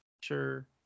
Sure